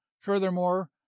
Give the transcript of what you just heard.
furthermore